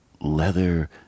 leather